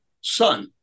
son